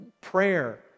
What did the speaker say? Prayer